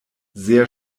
sehr